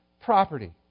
property